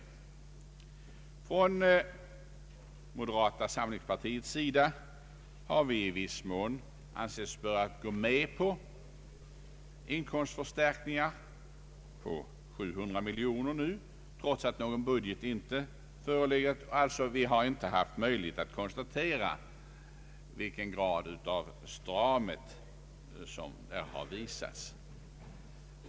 Från moderata samlingspartiets sida har vi i viss mån ansett oss böra gå med på inkomstförstärkningar på 700 miljoner kronor, trots att någon budget inte förelegat och vi alltså inte haft möjlighet att konstatera vilken grad av stramhet som har visats.